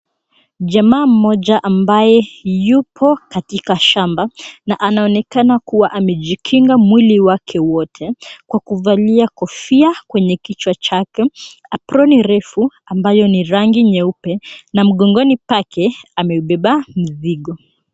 Jamaa mmoja ambaye yupo katika shamba na anaonekana kuwa amejikinga mwili wake wote kwa kuvalia kofia kwenye kichwa chake, aproni refu ambayo ni rangi nyeupe na mgongoni pake amebeba mizigo.